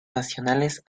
nacionales